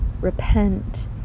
repent